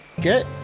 Get